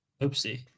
Oopsie